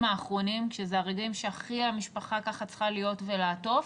האחרונים כשזה הרגעים שהכי המשפחה צריכה להיות ולעטוף,